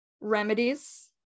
remedies